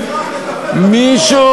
אדוני.